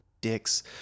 dicks